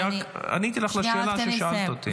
אני רק עניתי לשאלה ששאלת אותי.